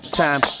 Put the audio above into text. time